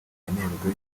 yemererwe